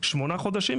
אלא שמונה חודשים,